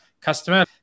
customer